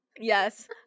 Yes